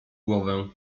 głowę